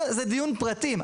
זה דיון פרטים.